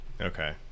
Okay